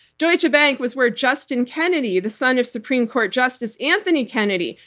deutsche bank was where justin kennedy, the son of supreme court justice anthony kennedy,